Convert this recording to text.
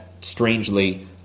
strangely